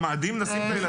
במאדים נשים את הילדים?